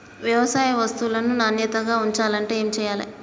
వ్యవసాయ వస్తువులను నాణ్యతగా ఉంచాలంటే ఏమి చెయ్యాలే?